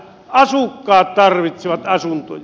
asukkaat tarvitsevat asuntoja